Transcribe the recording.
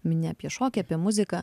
mini apie šokį apie muziką